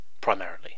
primarily